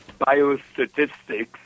biostatistics